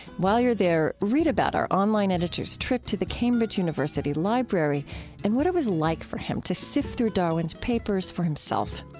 while you are there, read about our online editor's trip to the cambridge university library and what it was like for him to sift through darwin's papers for himself.